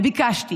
וביקשתי